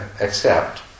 accept